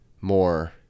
more